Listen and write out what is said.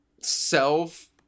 self